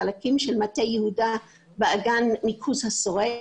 חלקים של מטה יהודה ואגן ניקוז השורק,